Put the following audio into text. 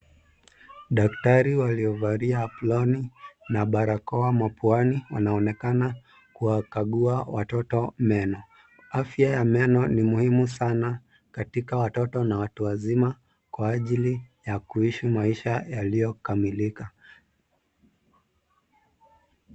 Daktari waliovalia aproni na barakoa mapuani wanaonekana kuwakagua watoto meno. Afya ya meno ni muhimu sana katika watoto na watu wazima kwa ajili ya kuishi maisha yaliyokamilika.